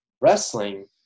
wrestling